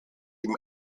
ihm